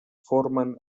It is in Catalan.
formen